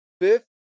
fifth